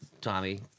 Tommy